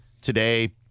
today